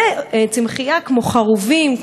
וצמחייה כמו חרובים,